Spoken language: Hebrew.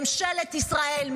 ממשלת ישראל,